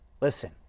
Listen